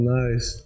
nice